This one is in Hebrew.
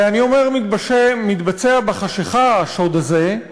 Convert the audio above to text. אני אומר "מתבצע בחשכה" השוד הזה,